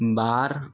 બાર